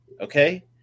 okay